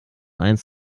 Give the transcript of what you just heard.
eins